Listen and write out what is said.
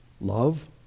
love